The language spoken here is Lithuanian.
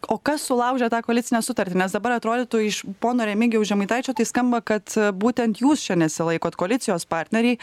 o kas sulaužė tą koalicinę sutartį nes dabar atrodytų iš pono remigijaus žemaitaičio tai skamba kad būtent jūs čia nesilaikot koalicijos partneriai